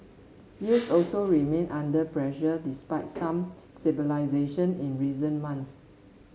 yields also remain under pressure despite some stabilisation in recent months